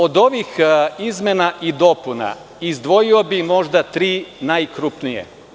Od ovih izmena i dopuna izdvojio bih možda tri najkrupnije.